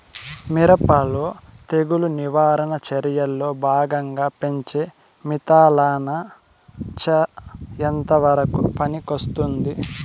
మిరప లో తెగులు నివారణ చర్యల్లో భాగంగా పెంచే మిథలానచ ఎంతవరకు పనికొస్తుంది?